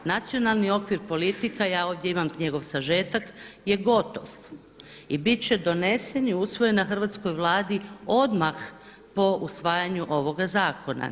Nacionalni okvir politika, ja ovdje imam njegov sažetak, je gotov i bit će donesen i usvojen na hrvatskoj Vladi odmah po usvajanju ovoga zakona.